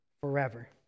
forever